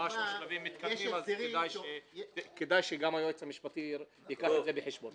כדאי שהיועץ המשפטי ייקח את זה בחשבון.